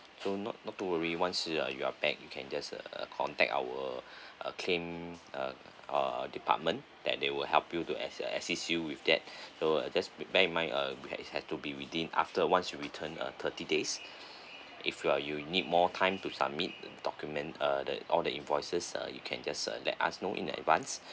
so not not don't worry once you are back you can just uh contact our uh claim uh uh department that they will help you to as~ assist you with that so uh just prepare in mind uh had had to be within after once you return uh thirty days if you're you need more time to submit the document uh all the invoices uh you can just uh let us know in advance